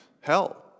hell